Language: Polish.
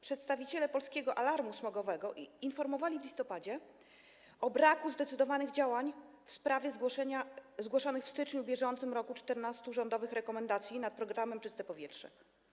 Przedstawiciele Polskiego Alarmu Smogowego informowali w listopadzie o braku zdecydowanych działań w sprawie zgłoszonych w styczniu br. 14 rządowych rekomendacji co do programu „Czyste powietrze”